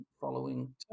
following